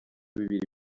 bibiri